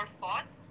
thoughts